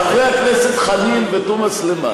חברת הכנסת תומא סלימאן,